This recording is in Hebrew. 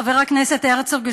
חבר הכנסת הרצוג,